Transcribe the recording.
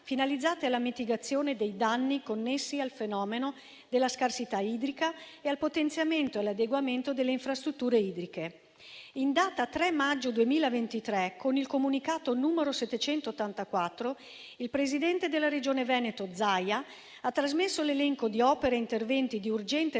finalizzate alla mitigazione dei danni connessi al fenomeno della scarsità idrica e al potenziamento e all'adeguamento delle infrastrutture idriche. In data 3 maggio 2023, con il comunicato n. 784, il presidente della Regione Veneto, Zaia, ha trasmesso l'elenco di opere e interventi di urgente realizzazione